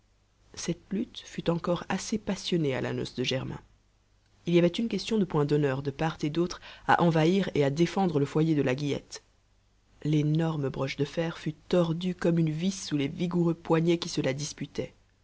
cette lutte fut encore assez passionnée à la noce de germain il y avait une question de point d'honneur de part et d'autre à envahir et à défendre le foyer de la guillette l'énorme broche de fer fut tordue comme une vis sous les vigoureux poignets qui se la disputaient